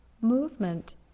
movement